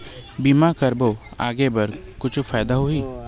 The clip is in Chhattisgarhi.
बीमा करबो आगे बर कुछु फ़ायदा होही?